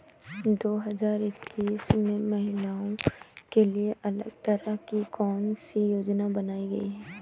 दो हजार इक्कीस में महिलाओं के लिए अलग तरह की कौन सी योजना बनाई गई है?